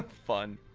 fun